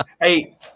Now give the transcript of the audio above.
Hey